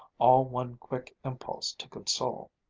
all one quick impulse to console.